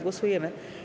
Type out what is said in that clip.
Głosujemy.